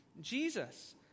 Jesus